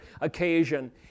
occasion